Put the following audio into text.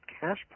cash